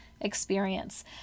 experience